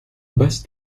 best